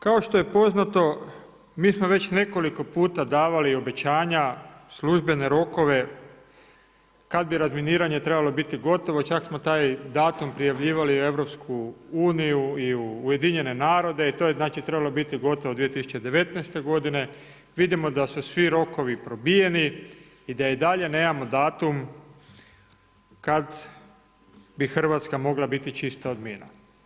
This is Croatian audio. Kao što je poznato mi smo već nekoliko puta davali obećanja službene rokove kada bi razminiranje trebalo biti gotovo čak smo taj datum prijavljivali u EU i u UN, znači to je trebalo biti gotovo 2019. vidimo da su svi rokovi probijeni i da i dalje nemamo datum kada bi Hrvatska mogla biti čista od mina.